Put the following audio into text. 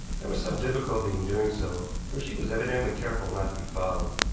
there was some difficulty in doing so, for she was evidently careful not to be followed.